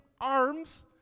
arms